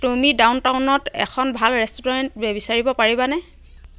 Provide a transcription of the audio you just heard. তুমি ডাউন টাউনত এখন ভাল ৰেষ্টুৰেণ্ট বিচাৰিব পাৰিবানে